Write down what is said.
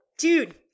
Dude